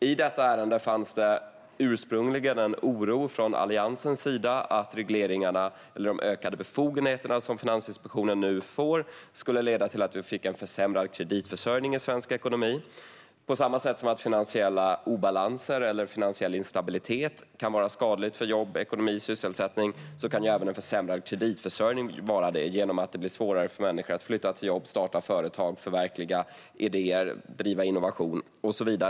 I detta ärende fanns ursprungligen en oro hos Alliansen för att de regleringar eller ökade befogenheter som Finansinspektionen nu får skulle leda till att vi får en försämrad kreditförsörjning i svensk ekonomi. På samma sätt som finansiella obalanser eller finansiell instabilitet kan vara skadliga för jobb, ekonomi och sysselsättning kan även en försämrad kreditförsörjning vara det genom att det blir svårare för människor att flytta till jobb, starta företag, förverkliga idéer, driva innovation och så vidare.